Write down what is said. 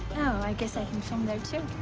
oh, i guess i can film there, too.